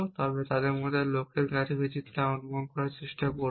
তবে তাদের মধ্যে কোনটি লক্ষ্যের কাছাকাছি তা অনুমান করার চেষ্টা করুন